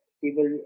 people